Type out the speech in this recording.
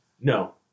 no